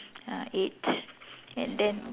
ah eight and then